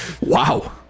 Wow